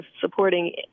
supporting